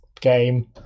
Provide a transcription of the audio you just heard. game